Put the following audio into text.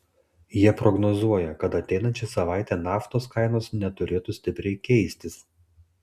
jie prognozuoja kad ateinančią savaitę naftos kainos neturėtų stipriai keistis